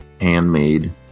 handmade